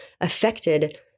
affected